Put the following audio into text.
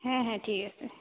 হ্যাঁ হ্যাঁ ঠিক আছে